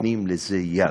נותנים לזה יד.